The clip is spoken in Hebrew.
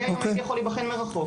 אני היום הייתי יכול להיבחן מרחוק.